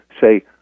say